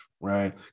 right